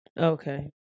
Okay